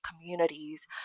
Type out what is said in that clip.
communities